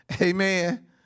amen